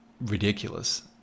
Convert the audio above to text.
ridiculous